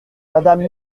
madame